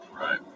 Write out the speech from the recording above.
Right